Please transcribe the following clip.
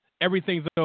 Everything's